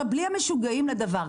בלי המשוגעים לדבר,